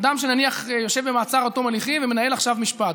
אדם שנניח יושב במעצר עד תום ההליכים ומנהל עכשיו משפט,